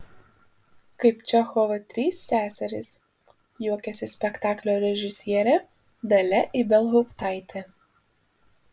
kaip čechovo trys seserys juokiasi spektaklio režisierė dalia ibelhauptaitė